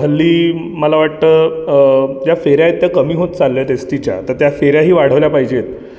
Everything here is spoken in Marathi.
हल्ली मला वाटतं या फेऱ्या आहेत त्या कमी होत चालल्या आहेत एस टीच्या तर त्या फेऱ्याही वाढवल्या पाहिजेत